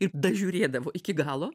ir žiūrėdavo iki galo